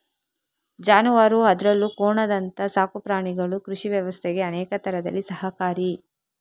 ಜಾನುವಾರು ಅದ್ರಲ್ಲೂ ಕೋಣದಂತ ಸಾಕು ಪ್ರಾಣಿಗಳು ಕೃಷಿ ವ್ಯವಸ್ಥೆಗೆ ಅನೇಕ ತರದಲ್ಲಿ ಸಹಕಾರಿ